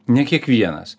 ne kiekvienas